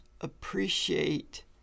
appreciate